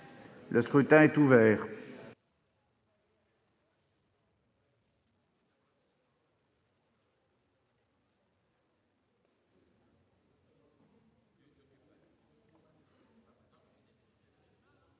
Le scrutin est ouvert.